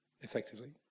effectively